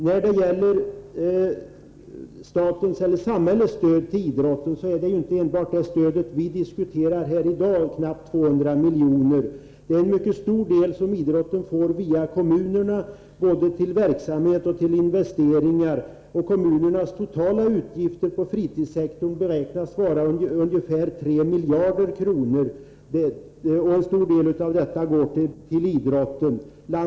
Vad gäller samhällets stöd till idrotten vill jag säga att detta inte enbart består av det stöd som vi diskuterar här i dag och som uppgår till knappt 200 milj.kr. Det består till mycket stor del också av stöd som den får via kommunerna, både till verksamhet och till investeringar. Primärkommunernas totala utgifter för fritidssektorn beräknas vara ungefär 3 miljarder kronor, och en stor del av detta går till idrotten.